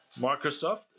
microsoft